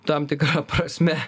tam tikra prasme